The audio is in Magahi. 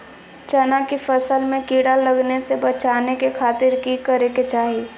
चना की फसल में कीड़ा लगने से बचाने के खातिर की करे के चाही?